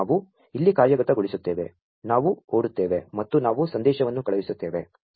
ನಾ ವು ಇಲ್ಲಿ ಕಾ ರ್ಯ ಗತಗೊ ಳಿಸು ತ್ತೇ ವೆ ನಾ ವು ಓಡು ತ್ತೇ ವೆ ಮತ್ತು ನಾ ವು ಸಂ ದೇ ಶವನ್ನು ಕಳು ಹಿಸು ತ್ತೇ ವೆ